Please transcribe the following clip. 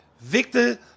Victor